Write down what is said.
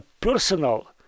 personal